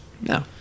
No